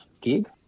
gig